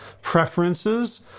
preferences